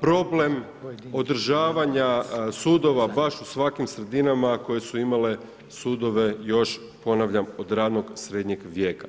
problem održavanja sudova baš u svakim sredinama koje su imale sudove još ponavljam od ranog srednjeg vijeka.